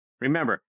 Remember